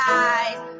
eyes